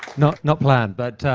not not planned, but